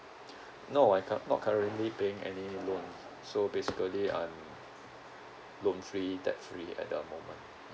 no I cu~ not currently paying any loan so basically I'm loan free debt free at the moment